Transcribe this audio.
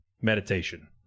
Meditation